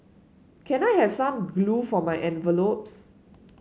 can I have some glue for my envelopes